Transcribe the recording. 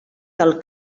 del